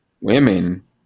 Women